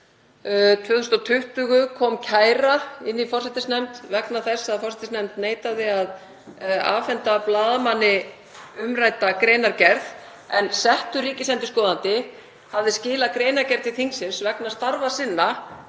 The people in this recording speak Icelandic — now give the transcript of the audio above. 2020 kom kæra inn í forsætisnefnd vegna þess að forsætisnefnd neitaði að afhenda blaðamanni umrædda greinargerð, en settur ríkisendurskoðandi hafði skilað greinargerð til þingsins vegna starfa sinna